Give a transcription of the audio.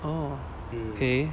oh okay